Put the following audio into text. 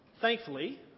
Thankfully